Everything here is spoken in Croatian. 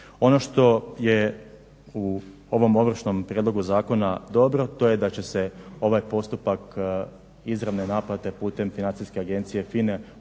Ono što je u ovom Ovršnom prijedlogu zakona dobro to je da će se ovaj postupak izravne naplate putem Financijske agencije FINA-e